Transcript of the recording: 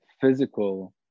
physical